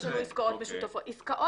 יש לנו עסקאות משותפות.